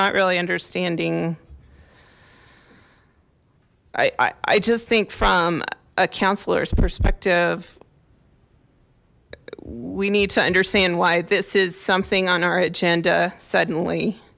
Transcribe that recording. not really understanding i i just think from a councilors perspective we need to understand why this is something on our agenda suddenly